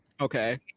Okay